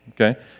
Okay